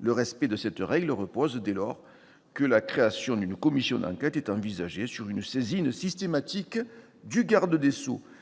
Le respect de cette règle repose, dès lors que la création d'une commission d'enquête est envisagée, sur une saisine systématique du garde des sceaux.